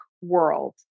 world